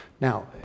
Now